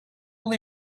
only